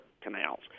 canals